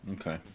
okay